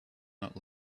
not